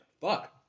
Fuck